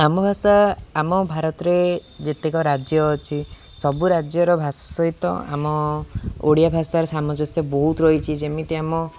ଆମ ଭାଷା ଆମ ଭାରତରେ ଯେତେକ ରାଜ୍ୟ ଅଛି ସବୁ ରାଜ୍ୟର ଭାଷା ସହିତ ଆମ ଓଡ଼ିଆ ଭାଷାର ସାମଞ୍ଜସ୍ୟ ବହୁତ ରହିଛି ଯେମିତି ଆମ